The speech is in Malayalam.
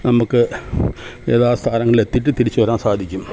നമ്മള്ക്ക് യഥാസ്ഥാനങ്ങളിലെത്തിയിട്ട് തിരിച്ചു വരാൻ സാധിക്കും